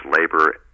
labor